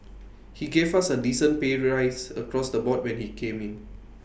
he gave us A decent pay rise across the board when he came in